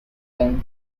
them